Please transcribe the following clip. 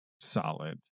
solid